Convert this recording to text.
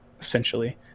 essentially